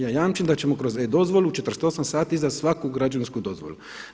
Ja jamčim da ćemo kroz e-dozvolu 48 sati izdat svaku građevinsku dozvolu.